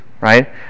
right